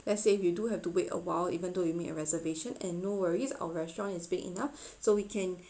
let's say if you do have to wait awhile even though you made a reservation and no worries our restaurant is big enough so we can